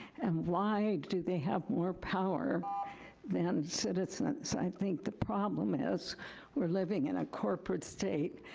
and why do they have more power than citizens? i think the problem is we're living in a corporate state,